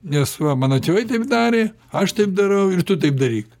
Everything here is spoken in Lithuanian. nes va mano tėvai taip darė aš taip darau ir tu taip daryk